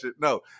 no